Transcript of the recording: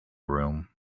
room